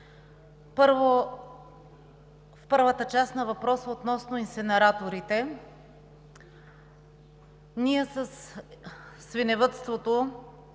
Първо, в първата част на въпроса относно инсинераторите, ние със свиневъдството